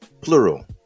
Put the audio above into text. plural